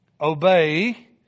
obey